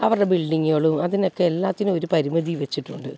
അവരുടെ ബിൽഡിങ്ങുകളും അതിനൊക്കെ എല്ലാത്തിനും ഒരു പരിമിതി വെച്ചിട്ടുണ്ട്